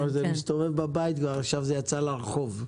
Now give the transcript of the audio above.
זה מסתובב בבית ועכשיו זה יצא לרחוב.